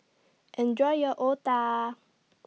Enjoy your Otah